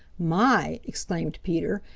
my, exclaimed peter,